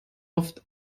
oft